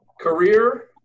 career